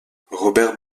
robert